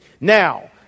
Now